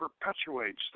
perpetuates